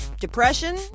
depression